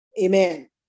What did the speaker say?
amen